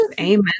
Amen